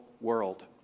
world